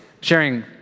sharing